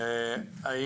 בעד